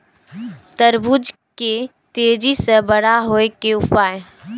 तरबूज के तेजी से बड़ा होय के उपाय?